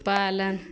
पालन